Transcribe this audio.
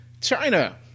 China